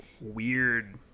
weird